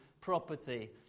property